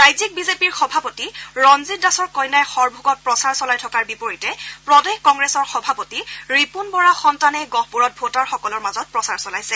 ৰাজ্যিক বিজেপিৰ সভাপতি ৰঞ্জিত দাসৰ কন্যাই সৰভোগত প্ৰচাৰ চলাই থকাৰ বিপৰীতে প্ৰদেশ কংগ্ৰেছৰ সভাপতি ৰিপুণ বৰাৰ সন্তানে গহপুৰত ভোটাৰসকলৰ মাজত প্ৰচাৰ চলাইছে